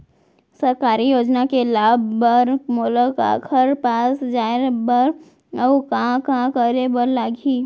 सरकारी योजना के लाभ बर मोला काखर पास जाए बर अऊ का का करे बर लागही?